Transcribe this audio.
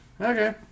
Okay